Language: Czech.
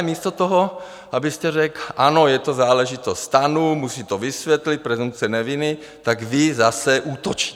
Místo toho, abyste řekl: Ano, je to záležitost STANu, musí to vysvětlit, presumpce neviny, tak vy zase útočíte.